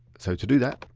so to do that,